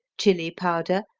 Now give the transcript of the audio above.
chili powder,